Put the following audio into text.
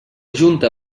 junta